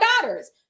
daughters